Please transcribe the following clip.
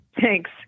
Thanks